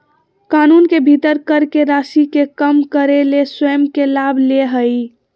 कानून के भीतर कर के राशि के कम करे ले स्वयं के लाभ ले हइ